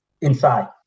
inside